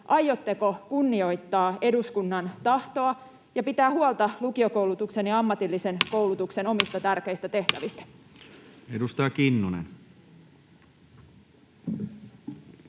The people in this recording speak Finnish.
aiotteko kunnioittaa eduskunnan tahtoa ja pitää huolta lukiokoulutuksen ja ammatillisen koulutuksen omista tärkeistä tehtävistä? Edustaja Kinnunen.